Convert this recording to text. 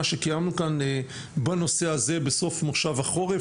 שקיימנו כאן בנושא הזה בסוף מושב החורף,